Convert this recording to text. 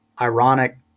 ironic